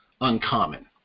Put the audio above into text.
uncommon